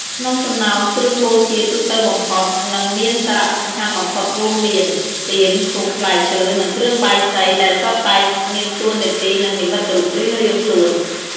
ក្នុងចំណោមគ្រឿងបូជាទូទៅបំផុត និងមានសារៈសំខាន់បំផុតរួមមាន ទៀន ធូប ផ្លែឈើ និងគ្រឿងបាយសី ដែលសុទ្ធតែមានតួនាទី និងនិមិត្តរូបរៀងៗខ្លួន។